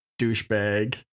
douchebag